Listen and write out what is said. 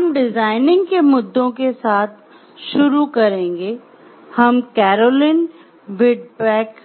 हम डिजाइनिंग के मुद्दों के साथ शुरू करेंगे हम कैरोलीन व्हिटबेक